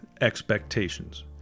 expectations